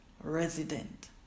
resident